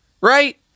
Right